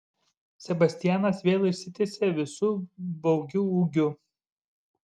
sebastianas vėl išsitiesė visu baugiu ūgiu